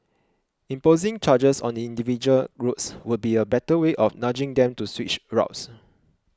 imposing charges on the individual roads will be a better way of nudging them to switch routes